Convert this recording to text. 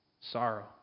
sorrow